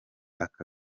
aka